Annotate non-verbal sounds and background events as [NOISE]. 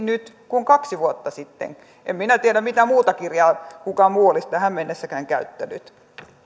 [UNINTELLIGIBLE] nyt kuin kaksi vuotta sitten en minä tiedä mitään muuta kirjaa mitä kukaan muu olisi tähän mennessäkään käyttänyt